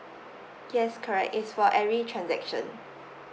yes correct it's for every transaction